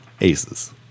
Aces